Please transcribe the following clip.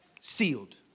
Sealed